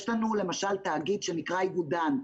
יש לנו למשל תאגיד שנקרא איגודן,